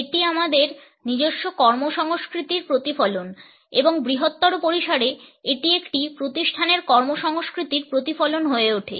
এটি আমাদের নিজস্ব কর্ম সংস্কৃতির প্রতিফলন এবং বৃহত্তর পরিসরে এটি একটি প্রতিষ্ঠানের কর্ম সংস্কৃতির প্রতিফলন হয়ে ওঠে